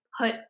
put